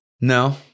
No